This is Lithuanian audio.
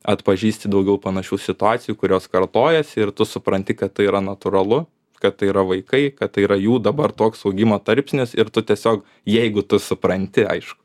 atpažįsti daugiau panašių situacijų kurios kartojasi ir tu supranti kad tai yra natūralu kad tai yra vaikai kad tai yra jų dabar toks augimo tarpsnis ir tu tiesiog jeigu tu supranti aišku